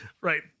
Right